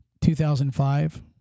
2005